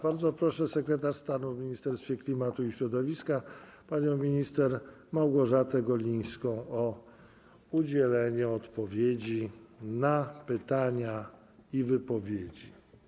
Bardzo proszę sekretarz stanu w Ministerstwie Klimatu i Środowiska panią minister Małgorzatę Golińską o udzielenie odpowiedzi na pytania i wypowiedzi.